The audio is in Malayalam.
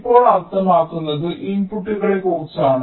ഇപ്പോൾ അർത്ഥമാക്കുന്നത് ഇൻപുട്ടുകളെക്കുറിച്ചാണ്